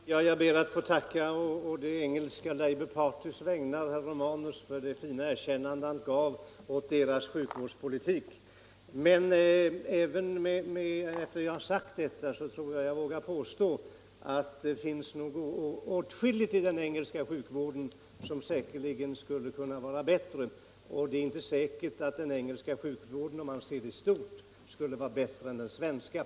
Herr talman! Jag ber att få tacka herr Romanus å det engelska labourpartiets vägnar för det fina erkännande han gav åt dess sjukvårdspolitik. Men jag vågar ändå påstå att det finns åtskilligt i den engelska sjukvården som skulle kunna vara bättre. Det är inte säkert att den, om man ser det i stort, är bättre än den svenska.